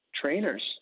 trainers